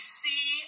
see